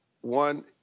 one